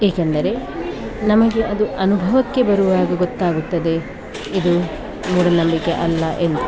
ಏಕೆಂದರೆ ನಮಗೆ ಅದು ಅನುಭವಕ್ಕೆ ಬರುವಾಗ ಗೊತ್ತಾಗುತ್ತದೆ ಇದು ಮೂಢನಂಬಿಕೆ ಅಲ್ಲ ಎಂದು